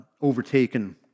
overtaken